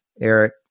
Eric